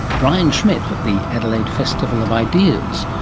brian schmidt at the adelaide festival of ideas.